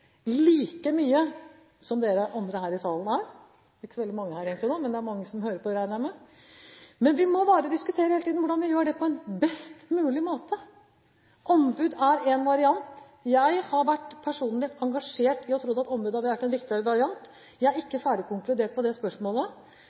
like mye som dere andre her i salen er. Det er egentlig ikke så veldig mange her nå, men det er mange som hører på, regner jeg med. Vi må bare hele tiden diskutere hvordan vi gjør det på en best mulig måte. Ombud er én variant. Jeg har vært personlig engasjert og trodd at ombud hadde vært en riktig variant. Jeg er ikke ferdig konkludert i det spørsmålet.